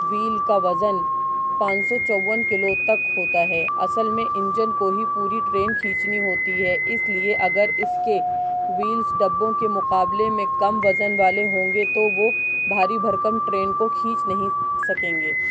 well کا وزن پان سو چون کلو تک ہوتا ہے اصل میں انجن کو ہی پوری ٹرین کھینچنی ہوتی ہے اس لئے اگر اس کے ویلس ڈبوں کے مقابلے میں کم وزن والے ہوں گے تو وہ بھاری بھرکم ٹرین کو کھینچ نہیں سکیں گے